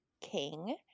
King